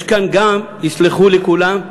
יש כאן גם, יסלחו לי כולם,